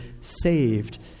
saved